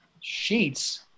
Sheets